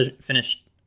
finished